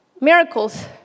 miracles